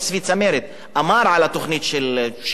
אמר על התוכנית שאישר אדר כהן,